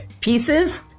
pieces